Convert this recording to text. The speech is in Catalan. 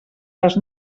les